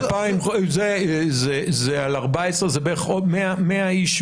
זה בערך עוד 100 איש